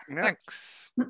Thanks